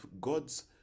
God's